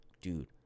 dude